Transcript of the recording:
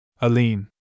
Aline